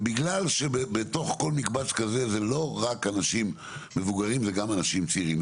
ובגלל שבתוך כל מקבץ כזה זה לא רק אנשים מבוגרים זה גם אנשים צעירים,